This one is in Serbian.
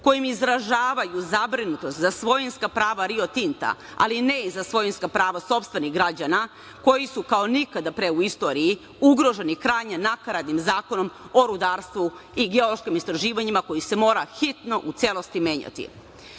kojim izražavaju zabrinutost za svojinska prava Rio Tinta, ali ne i za svojinska prava sopstvenih građana koji su kao nikada pre u istoriji ugroženi krajnje nakaradnim Zakonom o rudarstvu i geološkim istraživanjima koji se mora hitno u celosti menjati. Da